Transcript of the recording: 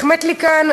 החמאת לי כאן,